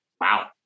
Wow